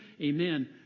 Amen